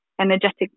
energetic